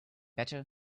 better